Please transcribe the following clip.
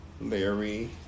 Larry